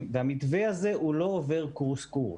והמתווה הזה הוא לא עובר קורס-קורס.